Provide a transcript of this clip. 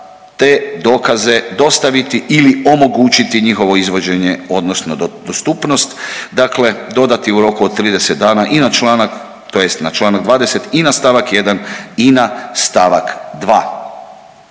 te dokaze dostaviti ili omogućiti njihovo izvođenje odnosno dostupnost, dakle dodati u roku od 30 dana i na članak tj. na čl. 20. i na st. 1. i na st. 2..